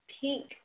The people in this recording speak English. pink